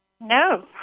No